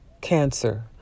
Cancer